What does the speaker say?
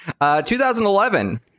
2011